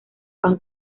han